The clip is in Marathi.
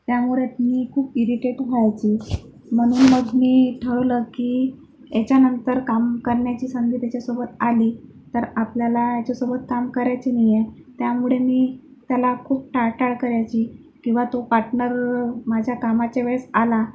त्यामुळे मी खूप इरिटेट व्हायची म्हणून मग मी ठरवलं की याच्यानंतर काम करण्याची संधी त्याच्यासोबत आली तर आपल्याला याच्यासोबत काम करायचं नाही त्यामुळे मी त्याला खूप टाळाटाळ करायची किंवा तो पाटनर माझ्या कामाच्या वेळेस आला